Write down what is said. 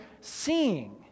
seeing